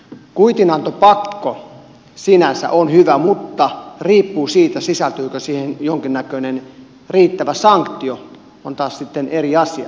kuitinantopakko sinänsä on hyvä mutta sisältyykö siihen jonkinnäköinen riittävä sanktio on taas sitten eri asia